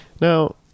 Now